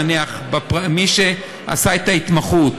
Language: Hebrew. נניח מי שעשה את ההתמחות